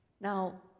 Now